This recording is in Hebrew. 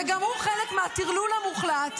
וגם הוא חלק מהטרלול המוחלט,